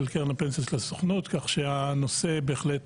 קרן הפנסיה של הסוכנות כך שהנושא בהחלט